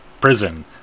prison